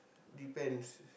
depends